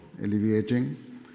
alleviating